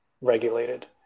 regulated